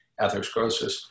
atherosclerosis